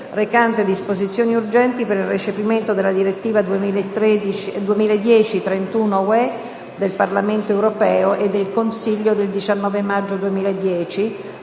recante disposizioni urgenti per il recepimento della Direttiva 2010/31/UE del Parlamento europeo e del Consiglio del 19 maggio 2010,